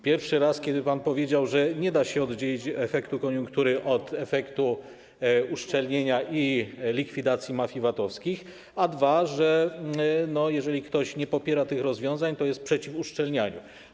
Pierwszy raz, kiedy pan powiedział, że nie da się oddzielić efektu koniunktury od efektu uszczelnienia i likwidacji mafii VAT-owskich, a drugi raz - że jeżeli ktoś nie popiera tych rozwiązań, to jest przeciw uszczelnianiu.